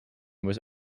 was